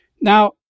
Now